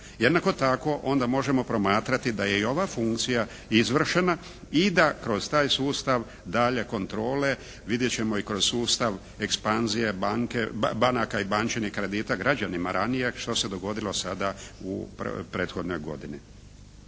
Jednako tako onda možemo promatrati da je i ova funkcija izvršena i da kroz taj sustav dalje kontrole vidjet ćemo i kroz sustav ekspanzije banaka i bančanih kredita građanima ranije što se dogodilo sada u prethodnoj godini.